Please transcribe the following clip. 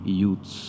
youths